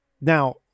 Now